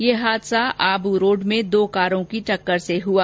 ये हादसा आबू रोड़ में दो कारों की टक्कर से हुआ